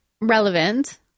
relevant